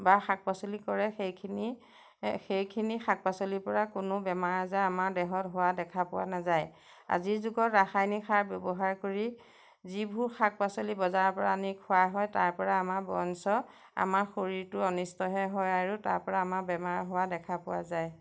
বা শাক পাচলি কৰে সেইখিনি সেইখিনি শাক পাচলিৰ পৰা কোনো বেমাৰ আজাৰ আমাৰ দেহত হোৱা দেখা পোৱা নাযায় আজিৰ যুগত ৰাসায়নিক সাৰ ব্যৱহাৰ কৰি যিবোৰ শাক পাচলি বজাৰৰ পৰা আনি খোৱা হয় তাৰপৰা আমাৰ বৰঞ্চ আমাৰ শৰীৰটো অনিষ্টহে হয় আৰু তাৰ পৰা আমাৰ বেমাৰ হোৱা দেখা পোৱা যায়